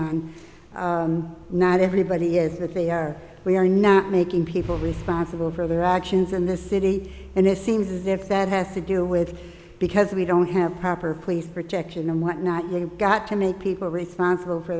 and not everybody is that they are we are not making people responsible for their acts it is in the city and it seems as if that has to do with because we don't have proper police protection and what not you have got to make people responsible for